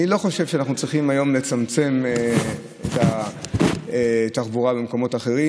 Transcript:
אני לא חושב שאנחנו צריכים לצמצם היום את התחבורה במקומות אחרים.